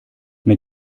mit